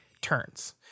turns